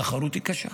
התחרות היא קשה.